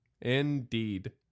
Indeed